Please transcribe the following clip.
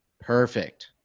perfect